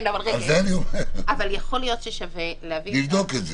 אבל יכול להיות ששווה להביא --- לבדוק את זה.